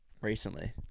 Recently